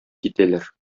китәләр